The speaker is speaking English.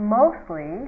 mostly